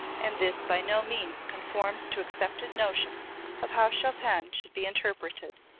and this by no means conforms to accepted notions of how chopin should be interpreted.